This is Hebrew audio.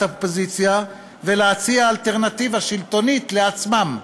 האופוזיציה ולהציע אלטרנטיבה שלטונית לעצמם?